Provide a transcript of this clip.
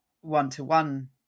one-to-one